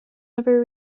never